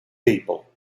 people